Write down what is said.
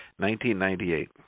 1998